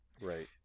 Right